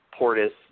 Portis